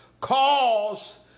cause